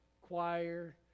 choir